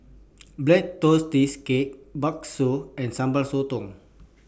Black Tortoise Cake Bakso and Sambal Sotong